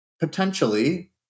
potentially